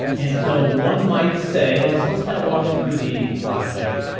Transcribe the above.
and so one might say let's let's kind of walk through the logic.